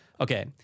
okay